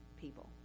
people